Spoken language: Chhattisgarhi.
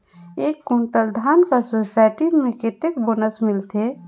एक कुंटल धान कर सोसायटी मे कतेक बोनस मिलथे?